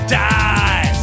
die